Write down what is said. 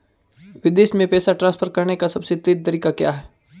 विदेश में पैसा ट्रांसफर करने का सबसे तेज़ तरीका क्या है?